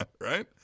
right